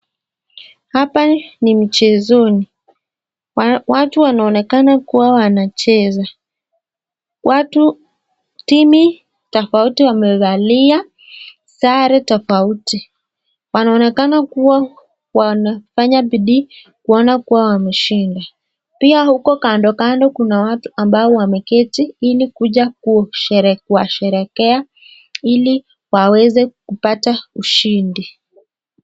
Hapa ni mchezoni. Watu wanaonekana kuwa wanacheza. Watu timu tofauti wamevalia sare tofauti. Wanaonekana kuwa wanafanya bidii kuona kuwa wameshinda. Pia huko kando kando kuna watu ambao wameketi ili kuja kuwasherehekea ili waweze kupata ushindi.